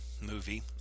movie